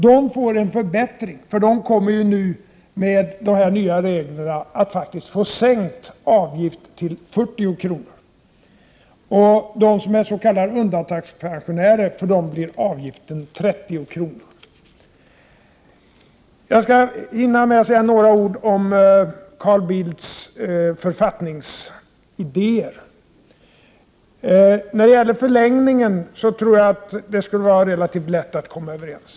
De får en förbättring, för de kommer ju med de nya reglerna att faktiskt få sänkt avgift, till 40 kr. För de s.k. undantagspensionärerna blir avgiften 30 kr. Jag skall också försöka hinna med att säga några ord om Carl Bildts författningsidéer. När det gäller förlängningen till fyra år tror jag att det skulle vara relativt lätt att komma överens.